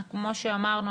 כמו שאמרנו,